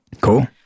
Cool